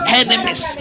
enemies